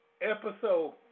Episode